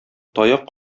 таяк